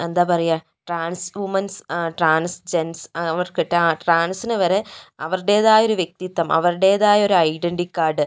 എന്താ പറയുക trans womens ആ ട്രാൻസ് ജെൻറ്റ്സ് അവർക്കൊക്കെ ആ ട്രാൻസിന് വരെ അവരുടേതായ ഒര് വ്യക്തിത്വം അവരുടേതായ ഒര് ഐഡൻറ്റി കാർഡ്